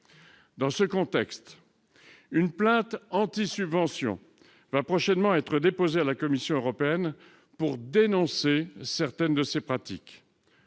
Dans ce contexte, une plainte anti-subvention va prochainement être déposée à la Commission européenne pour dénoncer certaines de ces pratiques.